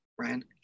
Ryan